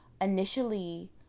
Initially